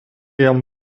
jam